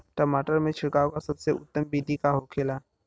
टमाटर में छिड़काव का सबसे उत्तम बिदी का होखेला?